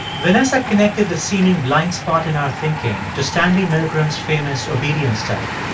vanessa connected the seeming blind spot in our thinking to stanley milgram's famous obedience study.